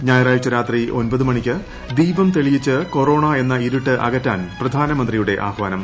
ഞായറാഴ്ച രാത്രി ഒൻപത് മണിക്ക് ദീപം തെളിയിച്ച് കൊറോണ എന്ന ഇരുട്ട് അകറ്റാൻ പ്രിധാനമന്ത്രിയുടെ ആഹ്യാനം